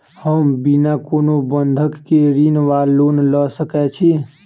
हम बिना कोनो बंधक केँ ऋण वा लोन लऽ सकै छी?